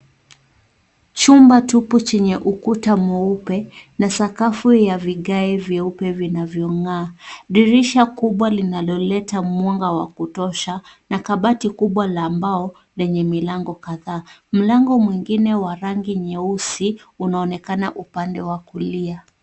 Chumba tupu chenye ukuta mweupe na sakafu ya vigae vyeupe vinavyong'aa, dirisha kubwa linaloleta mwanga wa kutosha na kabati kubwa la mbao lenye milango kadhaa. Mlango mwingine wa rangi nyeusi unaonekana upande wa kulia.